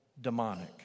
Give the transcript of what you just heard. demonic